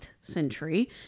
century